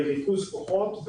לריכוז כוחות.